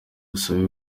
busabe